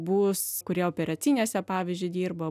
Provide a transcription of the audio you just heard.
bus kurie operacinėse pavyzdžiui dirba